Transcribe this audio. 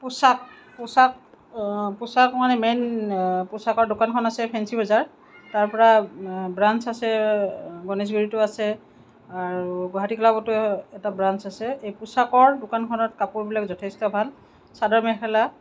পোছাক পোছাক পোছাক মানে মেইন পোছাকৰ দোকানখন আছে ফেঞ্চী বজাৰ তাৰ পৰা ব্ৰাঞ্চ আছে গণেশগুৰিতো আছে আৰু গুৱাহাটী ক্লাৱতো এটা ব্ৰাঞ্চ আছে এই পোছাকৰ দোকানখনত কাপোৰবিলাক যথেষ্ট ভাল চাদৰ মেখেলা